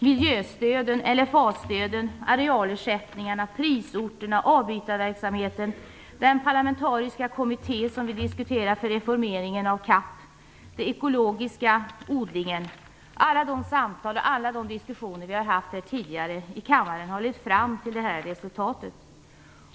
Miljöstöden, LFA-stöden, arealersättningarna, prisorterna, avbytarverksamheten, den parlamentariska kommitté som vi diskuterar för reformeringen av CAP, den ekologiska odlingen, alla de samtal och alla de diskussioner vi har haft tidigare i kammaren har lett fram till resultatet.